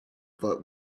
but